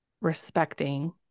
respecting